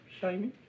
shiny